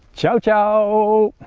ciao ciao so